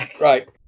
right